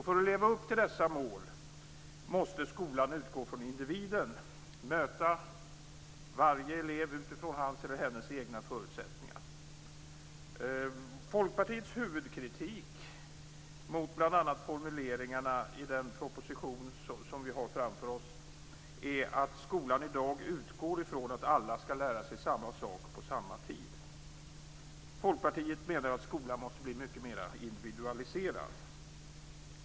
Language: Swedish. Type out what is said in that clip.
För att leva upp till dessa mål måste skolan utgå från individen, möta varje elev utifrån hans eller hennes egna förutsättningar. Folkpartiets huvudkritik mot bl.a. formuleringarna i den proposition vi har framför oss är att skolan i dag fortfarande utgår från att alla skall lära sig samma sak på samma tid. Folkpartiet menar att skolan måste bli mycket mera individualiserad.